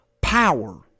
power